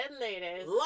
ladies